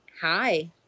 hi